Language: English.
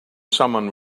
someone